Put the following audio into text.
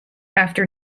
after